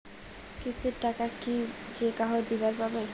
কিস্তির টাকা কি যেকাহো দিবার পাবে?